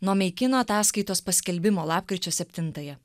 nuo meikino ataskaitos paskelbimo lapkričio septintąją